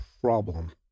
problem